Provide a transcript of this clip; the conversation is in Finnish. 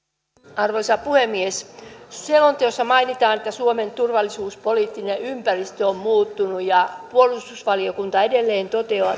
arvoisa puhemies selonteossa mainitaan että suomen turvallisuuspoliittinen ympäristö on muuttunut ja puolustusvaliokunta edelleen